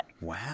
Wow